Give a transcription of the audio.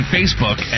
Facebook